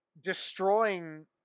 destroying